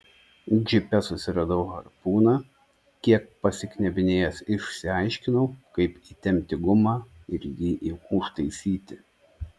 džipe susiradau harpūną kiek pasiknebinėjęs išsiaiškinau kaip įtempti gumą ir jį užtaisyti